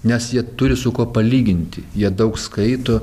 nes jie turi su kuo palyginti jie daug skaito